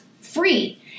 free